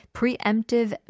preemptive